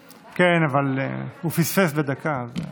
כן, אבל הוא פספס בדקה, אז,